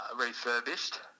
refurbished